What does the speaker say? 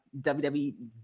WWE